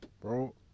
Bro